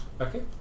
Okay